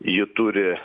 ji turi